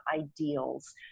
ideals